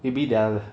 maybe there are